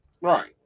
Right